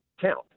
count